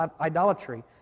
idolatry